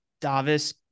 Davis